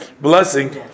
blessing